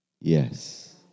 Yes